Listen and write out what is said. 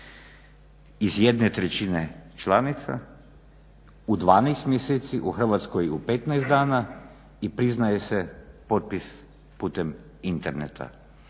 Iz 1/3 članica u 12 mjeseci u Hrvatskoj 15 dana i priznaje se potpis putem interneta.